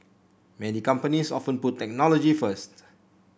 many companies often put technology first